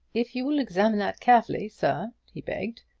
if you will examine that carefully, sir, he begged,